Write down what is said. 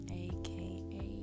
aka